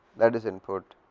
that is input,